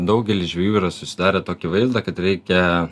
daugelis žvejų yra susidarę tokį vaizdą kad reikia